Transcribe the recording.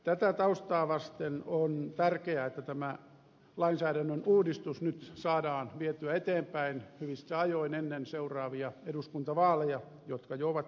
tätä taustaa vasten on tärkeää että tämä lainsäädännön uudistus nyt saadaan vietyä eteenpäin hyvissä ajoin ennen seuraavia eduskuntavaaleja jotka jo ovat hyvin lähellä